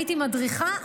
הייתי מדריכה,